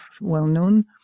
well-known